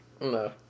No